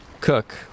cook